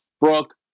Brooke